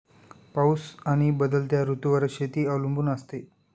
पाऊस आणि बदलत्या ऋतूंवर शेती अवलंबून असते